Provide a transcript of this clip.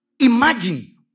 Imagine